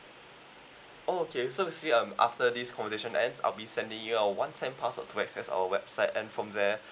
oh okay so basically um after this conversation end I'll be sending our one time password to access our website and from there